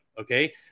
okay